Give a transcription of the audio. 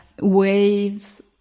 waves